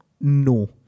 no